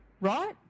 Right